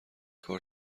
کار